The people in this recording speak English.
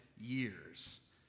years